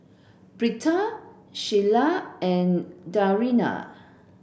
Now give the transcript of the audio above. Britta Shiela and Dariana